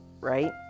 right